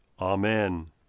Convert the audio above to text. Amen